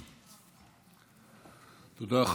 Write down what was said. תודה.